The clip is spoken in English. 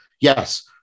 Yes